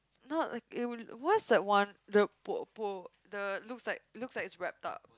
not like it would what that's one the bo bo the looks like looks like it's reptile